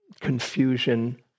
confusion